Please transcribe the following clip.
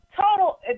Total